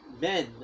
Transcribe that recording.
men